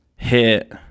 hit